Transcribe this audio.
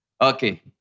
Okay